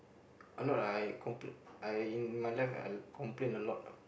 a lot I complain I in my life I complain a lot